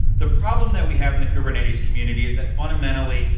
the problem that we have in the kubernetes community is that, fundamentally,